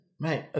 Mate